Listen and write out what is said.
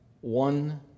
one